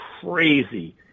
crazy